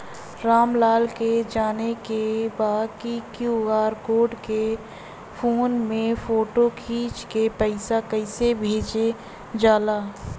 राम लाल के जाने के बा की क्यू.आर कोड के फोन में फोटो खींच के पैसा कैसे भेजे जाला?